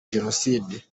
jenoside